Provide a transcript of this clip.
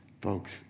Folks